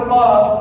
love